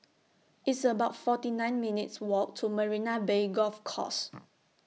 It's about forty nine minutes' Walk to Marina Bay Golf Course